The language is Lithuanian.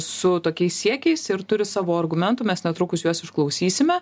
su tokiais siekiais ir turi savo argumentų mes netrukus juos išklausysime